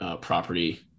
property